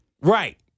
Right